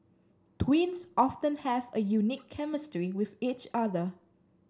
twins often have a unique chemistry with each other